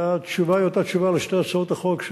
והתשובה היא אותה תשובה על שתי הצעות החוק,